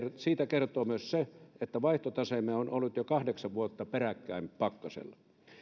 siitä kertoo myös se että vaihtotaseemme on ollut jo kahdeksan vuotta peräkkäin pakkasella